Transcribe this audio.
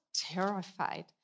terrified